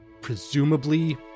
Presumably